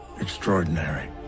extraordinary